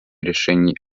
решений